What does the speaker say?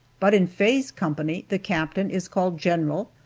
but in faye's company, the captain is called general,